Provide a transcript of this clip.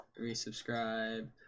Resubscribe